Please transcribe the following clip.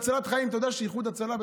אתה יודע שבאיחוד הצלה,